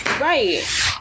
Right